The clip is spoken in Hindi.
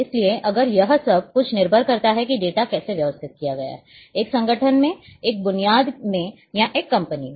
इसलिए अगर यह सब कुछ निर्भर करता है कि डेटा कैसे व्यवस्थित किया गया है एक संगठन में एक बुनियाद में या एक कंपनी में